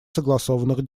согласованных